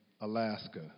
Alaska